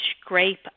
scrape